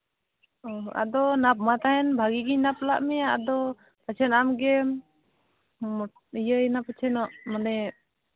ᱚ ᱟᱫᱚ ᱢᱟᱱ ᱢᱟ ᱛᱟᱦᱮᱱ ᱵᱷᱟᱹᱜᱤ ᱜᱤᱧ ᱢᱟᱯ ᱞᱮᱫ ᱢᱮᱭᱟ ᱟᱫᱚ ᱯᱟᱪᱮᱫ ᱟᱢᱜᱮᱢ ᱤᱭᱟᱹᱭᱮᱱᱟ ᱯᱟᱪᱷᱮ ᱱᱚᱜ ᱢᱟᱱᱮ